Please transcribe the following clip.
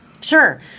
Sure